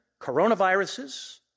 coronaviruses